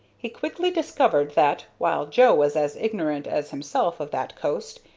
he quickly discovered that, while joe was as ignorant as himself of that coast,